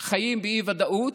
חיים באי-ודאות,